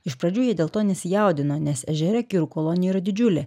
iš pradžių jie dėl to nesijaudino nes ežere kirų kolonija yra didžiulė